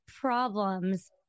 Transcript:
problems